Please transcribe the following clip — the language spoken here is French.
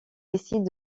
décide